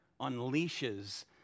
unleashes